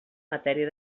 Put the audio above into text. matèria